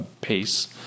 pace